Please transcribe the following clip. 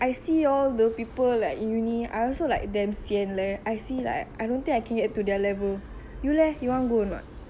I see all the people like uni I also like damn leh I see like I don't think I can get to their level you leh you want go or not